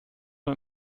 man